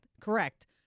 correct